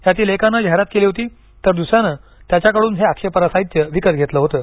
यातील एकाने जाहिरात केली होती तर दुसऱ्याने त्याच्याकडून हे आक्षेपाई साहित्य विकत घेतलं होतं